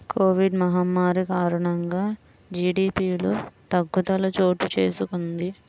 Covid మహమ్మారి కారణంగా జీడీపిలో తగ్గుదల చోటుచేసుకొంది